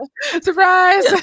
Surprise